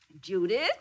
Judith